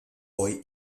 hoy